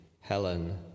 Helen